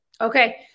okay